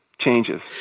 changes